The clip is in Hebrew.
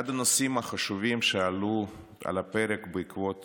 אחד הנושאים החשובים שעלו על הפרק בעקבות